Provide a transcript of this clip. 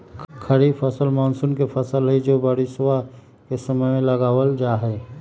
खरीफ फसल मॉनसून के फसल हई जो बारिशवा के समय में लगावल जाहई